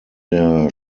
der